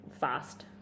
fast